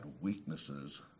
weaknesses